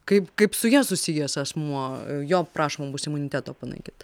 kaip kaip su ja susijęs asmuo jo prašoma bus imunitetą panaikint